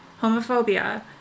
homophobia